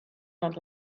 not